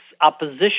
opposition